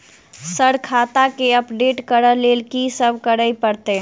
Sir खाता केँ update करऽ लेल की सब करै परतै?